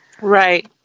Right